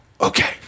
okay